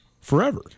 forever